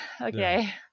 okay